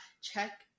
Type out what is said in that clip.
check